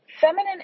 Feminine